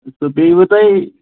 سُہ پیٚیِوٕ تۄہہِ